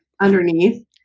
underneath